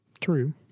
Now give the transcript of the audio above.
True